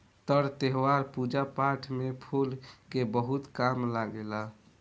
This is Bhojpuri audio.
तर त्यौहार, पूजा पाठ में फूल के बहुत काम लागेला